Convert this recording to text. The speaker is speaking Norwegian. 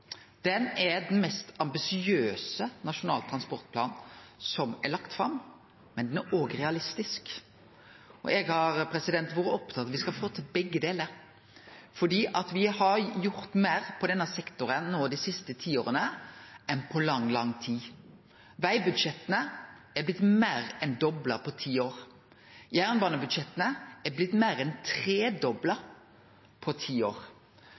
er den mest ambisiøse nasjonale transportplanen som er lagd fram, men den er òg realistisk. Eg har vore opptatt av at me skal få til begge deler, fordi me har gjort meir på denne sektoren no dei siste ti åra enn på lang, lang tid. Vegbudsjetta er blitt meir enn dobla på ti år. Jernbanebudsjetta er blitt meir enn tredobla på ti år.